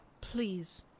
Please